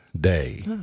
day